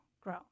grow